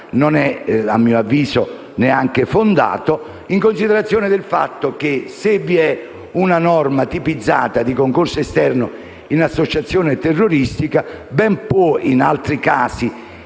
e - a mio avviso - non è neanche fondato, in considerazione del fatto che, se vi è una norma tipizzata di concorso esterno in associazione terroristica, ben può, in altri casi,